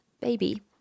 baby